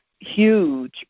Huge